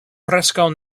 preskaŭ